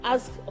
Ask